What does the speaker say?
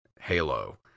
Halo